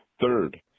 Third